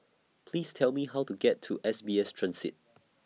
Please Tell Me How to get to S B S Transit